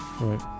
right